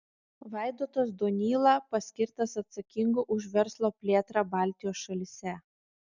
vaidotas donyla paskirtas atsakingu už verslo plėtrą baltijos šalyse